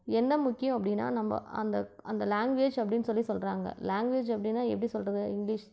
என்ன முக்கியம் அப்படின்னா நம்ம அந்த அந்த லேங்வேஜ் அப்படின்னு சொல்லி சொல்லுறாங்க லேங்வேஜ் அப்படின்னா எப்படி சொல்லுறது இங்கிலிஷ்